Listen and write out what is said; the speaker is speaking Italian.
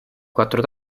quattro